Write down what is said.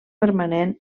permanent